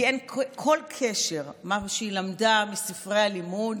כי אין כל קשר בין מה שהיא למדה מספרי הלימוד